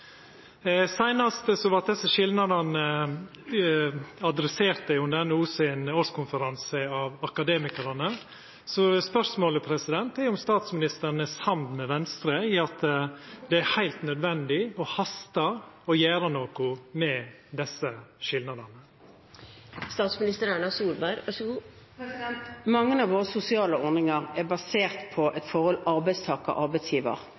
vart desse skilnadene adresserte av Akademikerne under NHO sin årskonferanse. Så spørsmålet er om statsministeren er samd med Venstre i at det er heilt nødvendig og hastar å gjera noko med desse skilnadene. Mange av våre sosiale ordninger er basert på